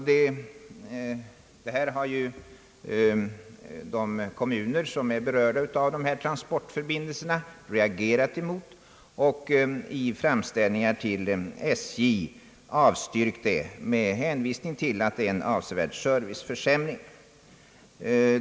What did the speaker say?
Detta har de kommuner, som är berörda av dessa transportförbindelser, reagerat emot och i framställningar till SJ avstyrkt med hänvisning till att det innebär en avsevärd serviceförsämring.